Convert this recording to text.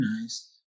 nice